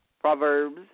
Proverbs